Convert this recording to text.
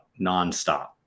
nonstop